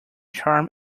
charm